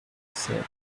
said